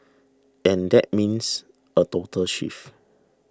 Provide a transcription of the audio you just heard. and that means a total shift